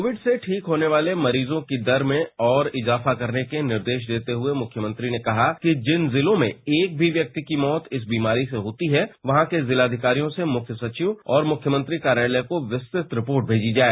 Covid से ठीक होने वाले मरीजों की दर में और इजाफा करने के निर्देश देते हुए मुख्यमंत्री ने कहा कि जिन जिलों में एक भी व्यक्ति की मौत इस बीमारी से होती है वहां के जिलाविकारियों से मुख्य सचिव और मुख्यमंत्री कार्यालय को विस्तत रिपोर्ट भेजी जाए